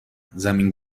زمین